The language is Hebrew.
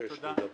מתעקש לדבר.